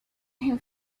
him